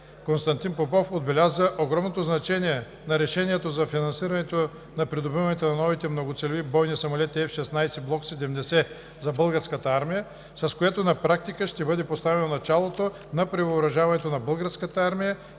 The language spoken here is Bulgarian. Константин Попов отбеляза огромното значение на решението за финансирането на придобиването на новите многоцелеви бойни самолети F-16 Block 70 за българската държава, с което на практика ще бъде поставено началото на превъоръжаването на Българската армия